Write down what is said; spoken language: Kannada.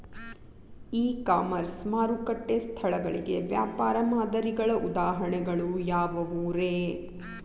ಇ ಕಾಮರ್ಸ್ ಮಾರುಕಟ್ಟೆ ಸ್ಥಳಗಳಿಗೆ ವ್ಯಾಪಾರ ಮಾದರಿಗಳ ಉದಾಹರಣೆಗಳು ಯಾವವುರೇ?